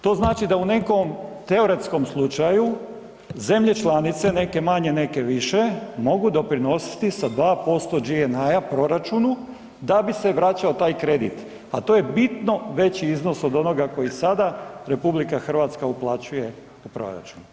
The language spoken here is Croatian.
To znači da u nekom teoretskom slučaju, zemlje članice, neke manje, neke više, mogu doprinositi sa 2% GNI-a proračunu, da bi se vraćao taj kredit, a to je bitno veći iznos od onoga koji sada RH uplaćuje u proračun.